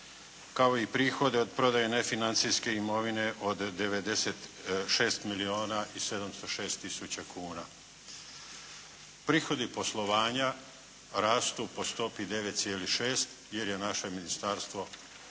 kao i prihode od prodaje nefinancijske imovine od 96 milijuna i 706 tisuća kuna. Prihodi poslovanja rastu po stopi 9,6 jer je naše Ministarstvo